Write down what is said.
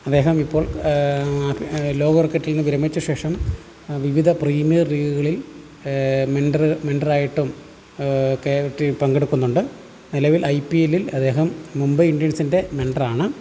അദ്ദേഹം ഇപ്പോൾ ലോക ക്രിക്കറ്റിൽ നിന്നു വിരമിച്ച ശേഷം വിവിധ പ്രീമിയർ ലീഗുകളിൽ മെൻറ്റോർ മെൻറ്റോറായിട്ടും കേവറ്റ് പങ്കെടുക്കുന്നുണ്ട് നിലവിൽ ഐ പി എല്ലിൽ അദ്ദേഹം മുംബൈ ഇന്ത്യൻസിൻ്റെ മെൻറ്റോറാണ്